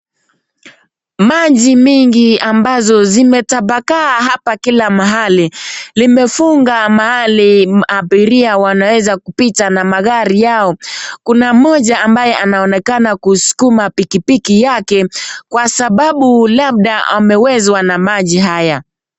Majai mingi ambazo zimetapakaa hapa kila mahali limefuga kila mahali abiria wanaweza kupita na magari yao. Kuna moja ambaye anaonekana kuskuma pikipiki yake kwa sababu labda amewezwa na maji haya.